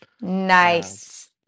Nice